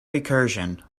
recursion